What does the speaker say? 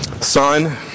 son